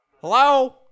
Hello